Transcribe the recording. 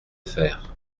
faire